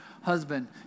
husband